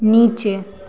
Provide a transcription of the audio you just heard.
नीचे